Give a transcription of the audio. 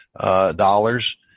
dollars